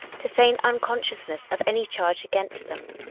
to feign unconsciousness of any charge against them,